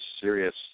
serious